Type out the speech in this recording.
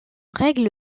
règle